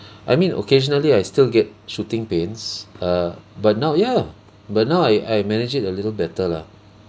I mean occasionally I still get shooting pains uh but now ya but now I I manage it a little better lah